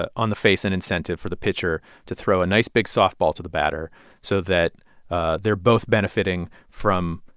ah on the face, an and incentive for the pitcher to throw a nice, big softball to the batter so that they're both benefiting from,